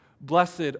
Blessed